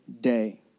day